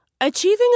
Achieving